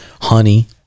Honey